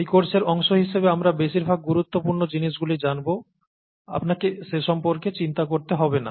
এই কোর্সের অংশ হিসাবে আমরা বেশিরভাগ গুরুত্বপূর্ণ জিনিসগুলি জানব আপনাকে সে সম্পর্কে চিন্তা করতে হবে না